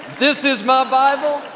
this is my bible,